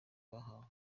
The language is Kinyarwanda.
bahawe